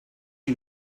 you